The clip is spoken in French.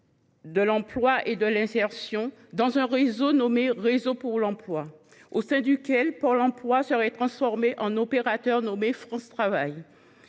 de l’emploi et de l’insertion dans un réseau nommé « réseau pour l’emploi », au sein duquel Pôle emploi serait transformé en opérateur France Travail.